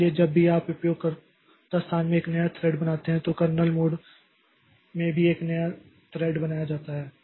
इसलिए जब भी आप उपयोगकर्ता स्थान में एक नया थ्रेड बनाते हैं तो कर्नेल मोड में भी एक नया थ्रेड बनाया जाता है